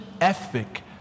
ethic